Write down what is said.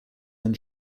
ein